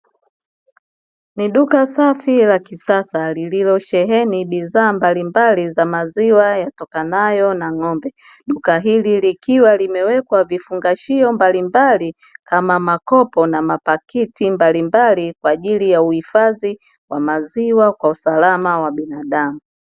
Ni duka safi la kisasa lililosheheni bidhaa mbalimbali za maziwa yatokanayo na ng'ombe, duka hili likiwa limewekwa vifungashio mbalimbali ama makopo na makapiti mbalimbali, kwa ajili ya uhifadhi wa maziwa kwa usalama wa binadamu.